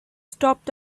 stopped